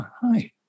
Hi